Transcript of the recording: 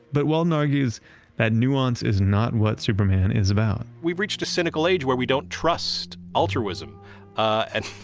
but wheldon argues that nuance is not what superman is about. we've reached a cynical age where we don't trust altruism and